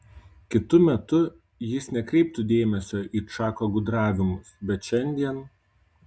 kitu metu jis nekreiptų dėmesio į čako gudravimus bet šiandien